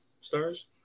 stars